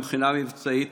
מבחינה מבצעית,